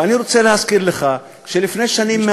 ואני רוצה להזכיר לך שלפני שנים,